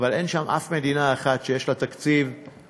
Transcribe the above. אבל אין שם אף מדינה אחת שיש לה תקציב דו-שנתי,